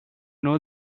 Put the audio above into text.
know